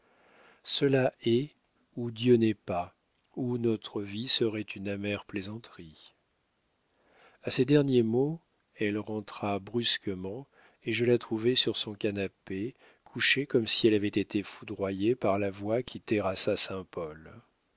cela est ou dieu n'est pas ou notre vie serait une amère plaisanterie a ces derniers mots elle rentra brusquement et je la trouvai sur son canapé couchée comme si elle avait été foudroyée par la voix qui terrassa